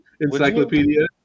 Encyclopedia